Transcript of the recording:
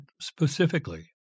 specifically